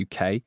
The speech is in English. UK